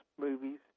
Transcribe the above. movies